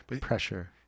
pressure